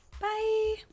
Bye